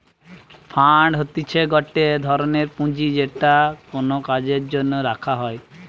fund হতিছে গটে ধরনের পুঁজি যেটা কোনো কাজের জন্য রাখা হই